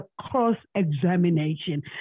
cross-examination